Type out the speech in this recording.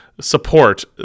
support